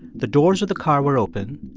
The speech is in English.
the doors of the car were open.